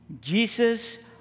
Jesus